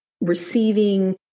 receiving